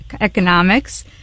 Economics